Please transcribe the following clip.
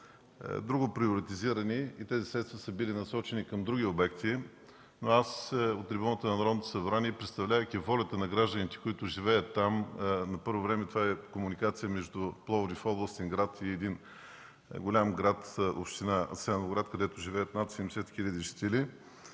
друго приоритизиране и тези средства са били насочени към други обекти. Но аз, от трибуната на Народното събрание, представлявайки волята на гражданите, които живеят там, на първо време това е комуникация между Пловдив – областен град, и един голям град – община Асеновград, където живеят над 70 хиляди жители,